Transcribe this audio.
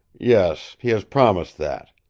yes. he has promised that.